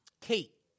Kate